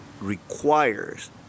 requires